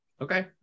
okay